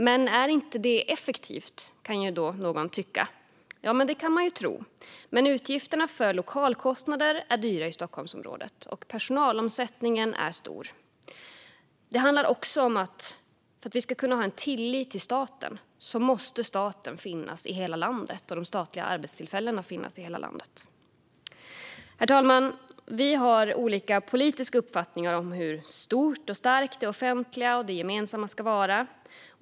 "Men är inte det effektivt?" kanske någon tycker. Det kan man ju tro - men utgifterna för lokalkostnader är stora i Stockholmsområdet, och personalomsättningen är stor. Det handlar också om att för att man ska kunna ha tillit till staten måste staten, liksom de statliga arbetstillfällena, finnas i hela landet. Herr talman! Det finns olika politiska uppfattningar om hur stort och starkt det offentliga, det gemensamma, ska vara.